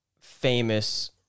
famous